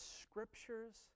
scriptures